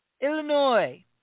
Illinois